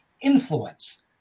influence